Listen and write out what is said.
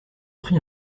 pris